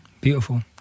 Beautiful